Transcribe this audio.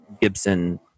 gibson